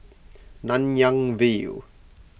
Nanyang View